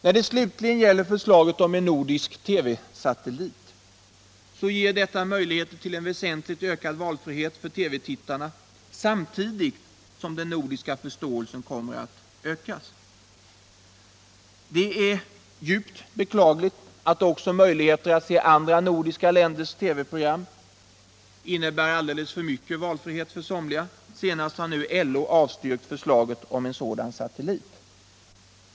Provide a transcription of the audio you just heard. När det slutligen gäller förslaget om en nordisk TV-satellit, ger detta möjlighet till en väsentligt utökad valfrihet för TV-tittarna samtidigt som den nordiska förståelsen kommer att kunna ökas. Det är djupt beklagligt att också möjligheter att få se de andra nordiska ländernas TV program innebär alldeles för mycket av valfrihet för somliga; senast har nu LO avstyrkt förslaget om en sådan satellit.